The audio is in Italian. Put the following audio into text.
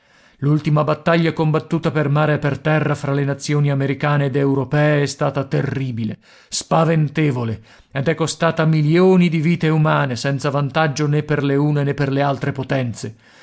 l'ultima battaglia combattuta per mare e per terra fra le nazioni americane ed europee è stata terribile spaventevole ed è costata milioni di vite umane senza vantaggio né per le une né per le altre potenze